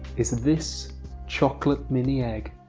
is this chocolate mini egg.